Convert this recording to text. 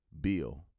bill